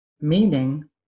Meaning